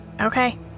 Okay